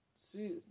see